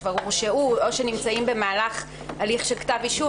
שכבר הורשעו או נמצאים בהליך של כתב אישום.